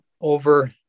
over